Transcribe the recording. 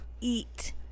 eat